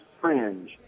fringe